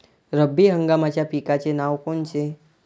रब्बी हंगामाच्या पिकाचे नावं कोनचे?